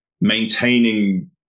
maintaining